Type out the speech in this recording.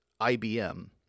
IBM